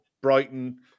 Brighton